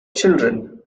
children